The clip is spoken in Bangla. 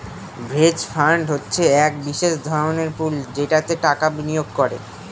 হেজ ফান্ড হচ্ছে এক বিশেষ ধরনের পুল যেটাতে টাকা বিনিয়োগ করে